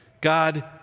God